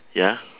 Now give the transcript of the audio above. ya